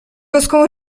boską